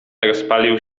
rozpalił